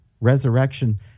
resurrection